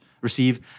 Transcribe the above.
receive